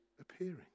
appearing